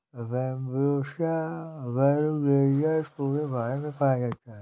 Bambusa vulgaris पूरे भारत में पाया जाता है